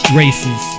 races